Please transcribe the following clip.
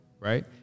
Right